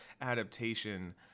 adaptation